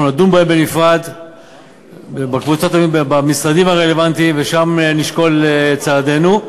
אנחנו נדון בהן בנפרד במשרדים הרלוונטיים ושם נשקול צעדינו.